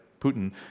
Putin